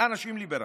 אנשים ליברלים,